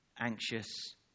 anxious